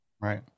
right